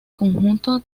conjunto